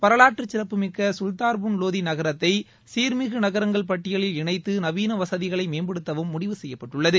வரவாற்று சிறப்பு மிக்க சுல்தான்பூர் லோடி நகரத்தை சீர்மிகு நகரங்கள் பட்டியலில் இணைத்து நவீன வசதிகளை மேம்படுத்தவும் முடிவு செய்யப்பட்டுள்ளது